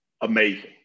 amazing